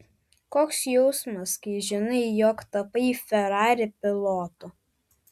koks jausmas kai žinai jog tapai ferrari pilotu